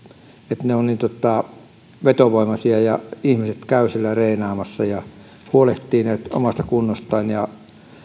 että ne ovat vetovoimaisia ja ihmiset käyvät siellä treenaamassa ja huolehtivat omasta kunnostaan ja